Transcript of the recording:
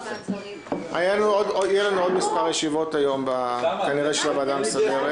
יהיו לנו היום כנראה עוד מספר ישיבות של הוועדה המסדרת.